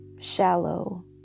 shallow